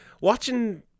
watching